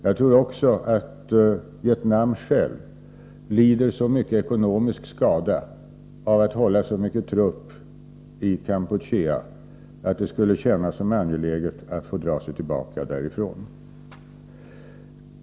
Jag tror också att Vietnam lider så mycket ekonomisk skada av att hålla så stora trupper i Kampuchea att det skulle kännas angeläget för Vietnam att få dra sig tillbaka därifrån.